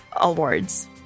awards